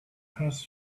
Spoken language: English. has